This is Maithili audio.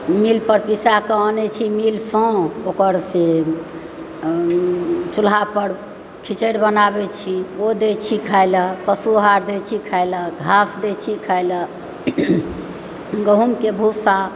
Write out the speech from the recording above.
मिल पर पिसाके आनय छी मिलसँ ओकर से चूल्हा पर खिचड़ि बनाबैत छी ओ दय छी खाइलऽ पशु आहार दय छी खाए लऽ घास दय छी खाए लऽ गहुँमके भूस्सा